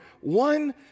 one